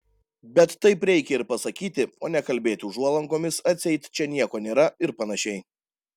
bet taip reikia ir pasakyti o ne kalbėti užuolankomis atseit čia nieko nėra ir panašiai